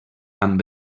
amb